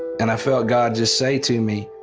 and i felt god just say to me,